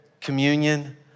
Communion